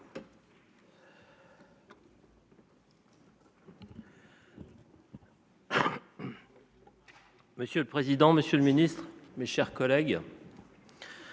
Monsieur le président, monsieur le ministre, mes chers collègues,